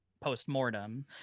post-mortem